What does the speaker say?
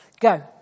Go